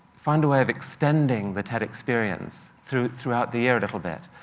find a way of extending the ted experience throughout throughout the year a little bit.